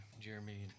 Jeremy